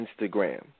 Instagram